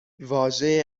واژه